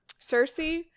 Cersei